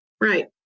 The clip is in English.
Right